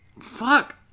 Fuck